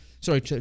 sorry